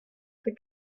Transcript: for